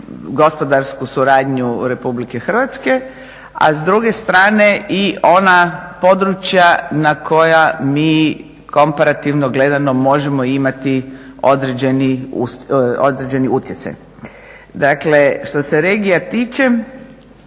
gospodarsku suradnju RH, a s druge strane i ona područja na koja mi komparativno gledano možemo imati određeni utjecaj. Dakle, što se regija tiče,